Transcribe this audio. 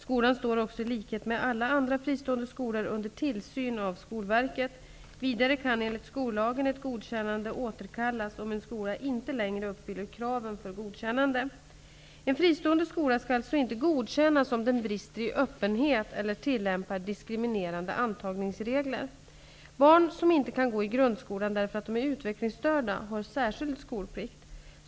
Skolan står också i likhet med alla andra fristående skolor under tillsyn av Skolverket. Vidare kan enligt skollagen ett godkännande återkallas om en skola inte längre uppfyller kraven för godkännande. En fristående skola skall alltså inte godkännas om den brister i öppenhet eller tillämpar diskriminerande antagningsregler. Barn, som inte kan gå i grundskolan därför att de är utvecklingsstörda, har särskild skolplikt.